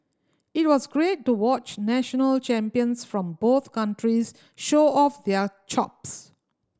it was great to watch national champions from both countries show off their chops